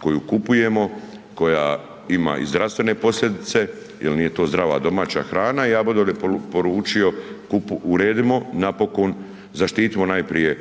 koju kupujemo, koja ima i zdravstvene posljedice jel nije to zdrava domaća hrana i ja bih odavde poručio uredimo napokon, zaštitimo najprije